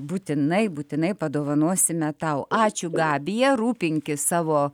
būtinai būtinai padovanosime tau ačiū gabija rūpinkis savo